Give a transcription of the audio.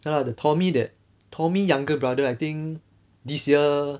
ya lah the tommy that tommy younger brother I think this year